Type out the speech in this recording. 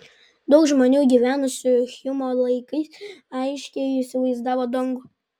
daug žmonių gyvenusių hjumo laikais aiškiai įsivaizdavo dangų